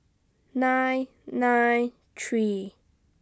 nine nine three